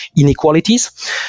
inequalities